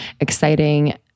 exciting